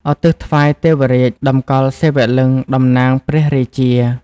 ឧទ្ទិសថ្វាយទេវរាជ (តម្កល់សិវលិង្គតំណាងព្រះរាជា)។